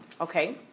Okay